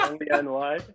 NY